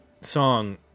song